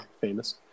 famous